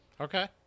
okay